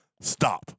stop